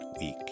week